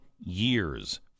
years